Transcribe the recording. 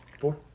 Four